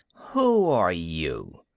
who are you?